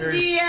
the